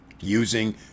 Using